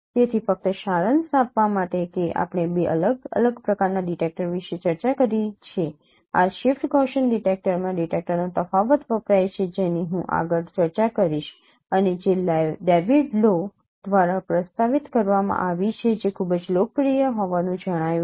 તેથી ફક્ત સારાંશ આપવા માટે કે આપણે બે અલગ અલગ પ્રકારના ડિટેક્ટર વિશે ચર્ચા કરી છે આ શિફ્ટ ગૌસિયન ડિટેક્ટરમાં ડિટેક્ટરનો તફાવત વપરાય છે જેની હું આગળ ચર્ચા કરીશ અને જે ડેવિડ લો દ્વારા પ્રસ્તાવિત કરવામાં આવી છે જે ખૂબ જ લોકપ્રિય હોવાનું જણાયું છે